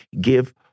give